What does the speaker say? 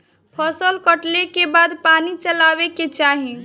फसल कटले के बाद पानी चलावे के चाही